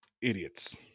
idiots